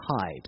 hide